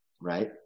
right